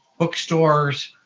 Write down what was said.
bookstores,